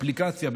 אפליקציה,